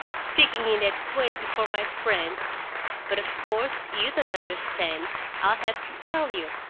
speaking in that way before my friends but of course you don't understand i'll have to tell you.